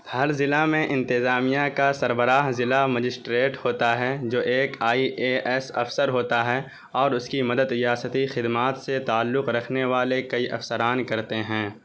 ہر ضلع میں انتظامیہ کا سربراہ ضلع مجسٹریٹ ہوتا ہے جو ایک آئی اے ایس افسر ہوتا ہے اور اس کی مدد ریاستی خدمات سے تعلق رکھنے والے کئی افسران کرتے ہیں